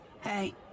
Hey